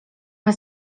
raz